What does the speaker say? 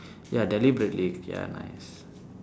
ya deliberately ya nice